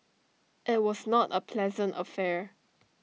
IT was not A pleasant affair